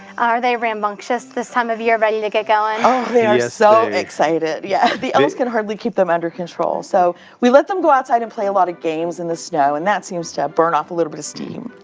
are they rambunctious this time of year, ready to get going? yes, they they are so excited. yeah the elves can hardly keep them under control. so we let them go outside and play a lot of games in the snow, and that seems to burn off a little bit of steam.